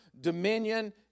dominion